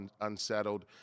unsettled